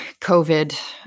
covid